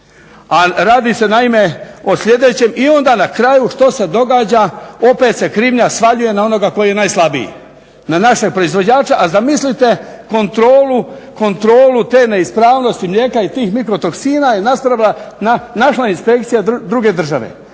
A radi se naime o sljedećem i onda na kraju što se događa, opet se krivnja svaljuje na onoga koji je najslabiji, na našeg proizvođača, a zamislite kontrolu te neispravnosti mlijeka i tih mikro toksina … našla inspekcija druge države.